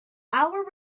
our